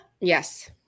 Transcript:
Yes